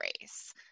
race